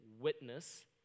witness